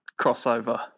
crossover